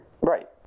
Right